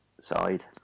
side